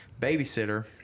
babysitter